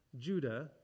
Judah